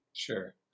Sure